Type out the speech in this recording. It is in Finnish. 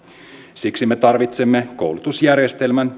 siksi me tarvitsemme koulutusjärjestelmän